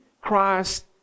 Christ